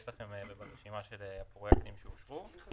יש לכם רשימה של פרויקטים שאושרו.